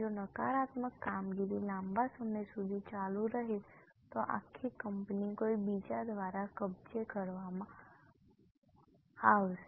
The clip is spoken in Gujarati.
જો નકારાત્મક કામગીરી લાંબા સમય સુધી ચાલુ રહે તો આખી કંપની કોઈ બીજા દ્વારા કબજે કરવામાં આવશે